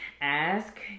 Ask